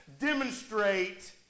demonstrate